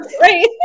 Right